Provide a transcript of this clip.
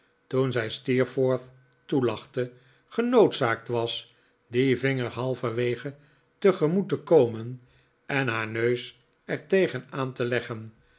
toen zij steerforth toelachte genoodzaakt was dien vinger halverwege tegemoet te komen en haar neus er tegen aan te leggen